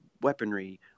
weaponry